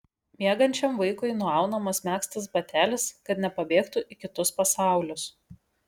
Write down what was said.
miegančiam vaikui nuaunamas megztas batelis kad nepabėgtų į kitus pasaulius